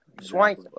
Swank